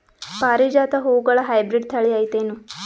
ಪಾರಿಜಾತ ಹೂವುಗಳ ಹೈಬ್ರಿಡ್ ಥಳಿ ಐತೇನು?